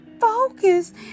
focus